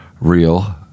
real